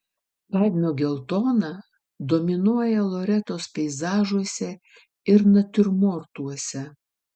kadmio geltona dominuoja loretos peizažuose ir natiurmortuose